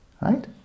right